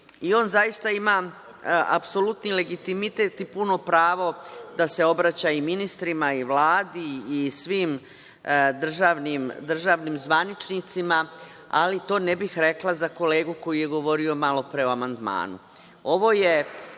On zaista ima apsolutni legitimitet i puno pravo da se obraća i ministrima i Vladi i svim državnim zvaničnicima, ali to ne bih rekla za kolegu koji je govorio malo pre o amandmanu. Ovo